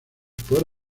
por